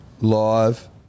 Live